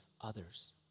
others